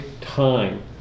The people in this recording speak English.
time